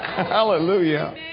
Hallelujah